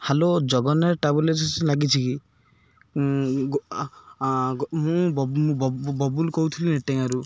hello Jagannath travel agency ଲାଗିଛି କି ମୁଁ ବବୁଲ ବବୁଲ କହୁଥିଲି ନଟେଙ୍ଗାରୁ